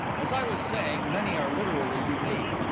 as i was saying, many are literally unique.